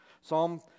Psalm